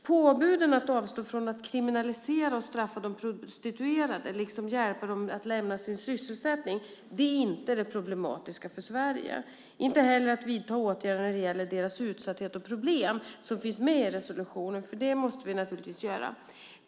Påbuden att avstå från att kriminalisera och straffa de prostituerade, liksom att hjälpa dem att lämna sin sysselsättning, är inte det problematiska för Sverige, inte heller att vidta åtgärder när det gäller deras utsatthet och problem, som finns med i resolutionen; det måste vi naturligtvis göra.